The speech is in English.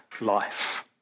life